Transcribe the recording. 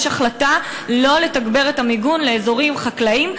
יש החלטה לא לתגבר את המיגון לאזורים חקלאיים.